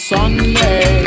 Sunday